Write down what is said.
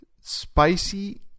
spicy